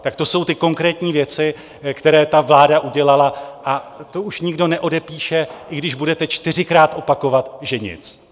Tak to jsou ty konkrétní věci, které ta vláda udělala, a to už nikdo neodepíše, i když budete čtyřikrát opakovat, že nic.